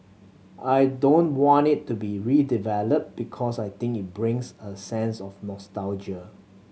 I don't want it to be redeveloped because I think it brings a sense of nostalgia